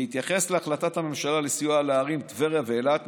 בהתייחס להחלטת הממשלה לסיוע לערים טבריה ואילת,